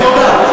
תודה.